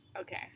Okay